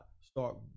start